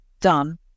done